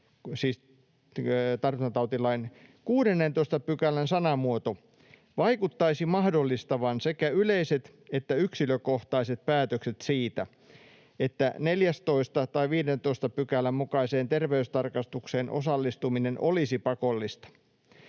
tartuntatautilain 16 §:n sanamuoto vaikuttaisi mahdollistavan sekä yleiset että yksilökohtaiset päätökset siitä, että 14 tai 15 §:n mukaiseen terveystarkastukseen osallistuminen olisi pakollista.